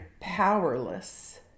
powerless